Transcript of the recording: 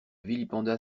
vilipenda